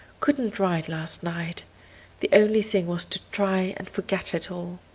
couldn't write last night the only thing was to try and forget it all.